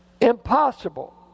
impossible